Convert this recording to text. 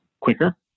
quicker